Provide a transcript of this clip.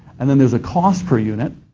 and then there's a cost per unit,